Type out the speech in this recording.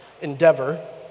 endeavor